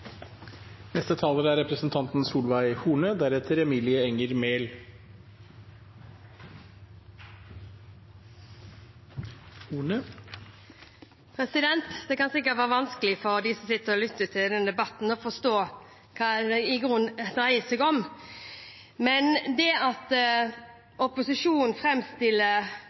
Det kan sikkert være vanskelig for dem som sitter og lytter til denne debatten, å forstå hva den i grunnen dreier seg om. Men det at opposisjonen